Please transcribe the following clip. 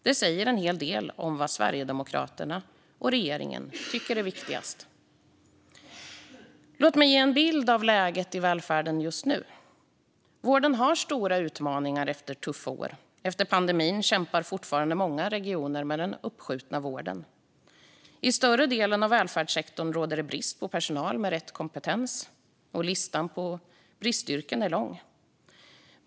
Det säger en hel del om vad Sverigedemokraterna och regeringen tycker är viktigast. Låt mig ge en bild av läget i välfärden just nu. Vården har stora utmaningar efter tuffa år. Efter pandemin kämpar fortfarande många regioner med den uppskjutna vården. I större delen av välfärdssektorn råder det brist på personal med rätt kompetens, och listan på bristyrken är lång.